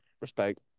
Respect